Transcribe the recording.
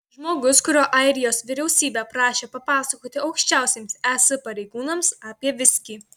žmogus kurio airijos vyriausybė prašė papasakoti aukščiausiems es pareigūnams apie viskį